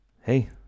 Hey